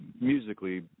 musically